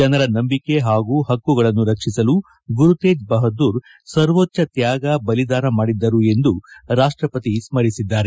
ಜನರ ನಂಬಿಕೆ ಹಾಗೂ ಪಕ್ಕುಗಳನ್ನು ರಕ್ಷಿಸಲು ಗುರುತೇಜ್ ಬಹದ್ದೂರ್ ಸರ್ವೋಜ್ದ ತ್ವಾಗ ಬಲಿದಾನ ಮಾಡಿದ್ದರು ಎಂದು ರಾಷ್ಟವತಿ ಸ್ಕರಿಸಿದ್ದಾರೆ